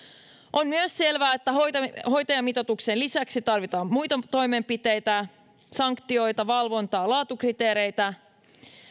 on myös selvää että hoitajamitoituksen lisäksi tarvitaan muita toimenpiteitä sanktioita valvontaa laatukriteereitä